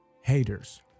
haters